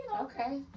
okay